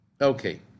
Okay